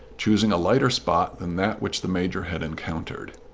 choosing a lighter spot than that which the major had encountered.